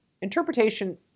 interpretation